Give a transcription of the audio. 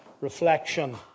reflection